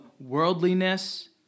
worldliness